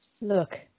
Look